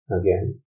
Again